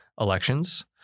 elections